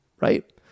right